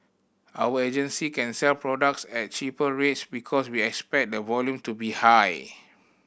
our agency can sell products at cheaper rates because we expect the volume to be high